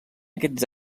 aquests